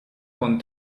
con